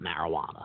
marijuana